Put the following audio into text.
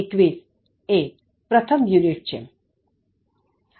૨૧ એ પ્રથમ યુનિટ છે